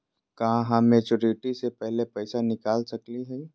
का हम मैच्योरिटी से पहले पैसा निकाल सकली हई?